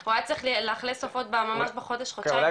הוא היה צריך לאכלס עופות ממש בחודש-חודשיים הקרובים.